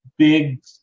big